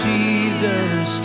Jesus